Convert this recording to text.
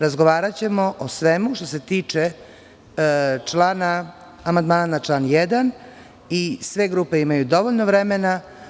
Razgovaraćemo o svemu što se tiče amandmana na član 1. i sve grupe imaju dovoljno vremena.